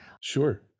sure